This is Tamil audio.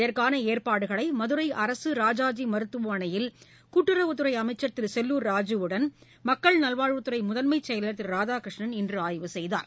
இதற்கானஏற்பாடுகளைமதுரைஅரசுராஜாஜிமருத்துவமனையில் கூட்டுறவுத்துறைஅமைச்சர் திருசெல்லூர் மக்கள் நல்வாழ்வுத்துறைமுதன்மைச்செயலர் திருராதாகிருஷ்ணன் இன்றுஆய்வு செய்தார்